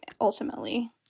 ultimately